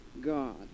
God